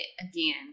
again